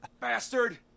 Bastard